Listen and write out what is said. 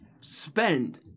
spend